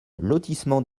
lotissement